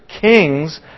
kings